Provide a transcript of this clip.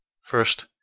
First